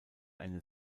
eine